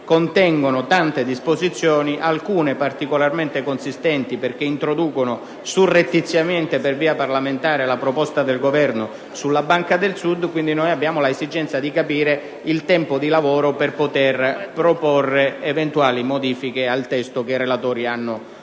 contengono molte disposizioni, alcune delle quali sono particolarmente consistenti perché introducono surrettiziamente per via parlamentare la proposta del Governo di istituire la Banca del Sud. Noi abbiamo l'esigenza di conoscere i tempi di lavoro per poter proporre eventuali modifiche al testo che i relatori hanno consegnato.